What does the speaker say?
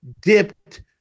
dipped